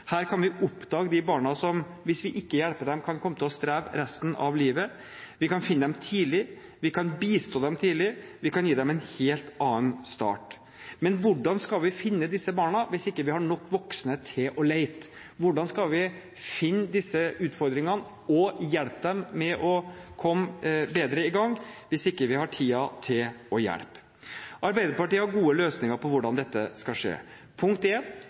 Her kan vi oppdage de barna som, hvis vi ikke hjelper dem, kan komme til å streve resten av livet. Vi kan finne dem tidlig. Vi kan bistå dem tidlig. Vi kan gi dem en helt annen start. Men hvordan skal vi finne disse barna hvis vi ikke har nok voksne til å lete? Hvordan skal vi finne disse utfordringene og hjelpe dem med å komme bedre i gang hvis vi ikke har tid til å hjelpe? Arbeiderpartiet har gode løsninger for hvordan dette skal skje. Punkt